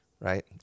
right